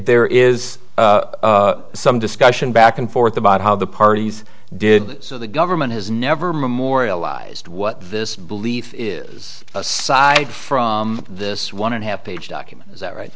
there is some discussion back and forth about how the parties did so the government has never memorialized what this belief is aside from this one and a half page document is that right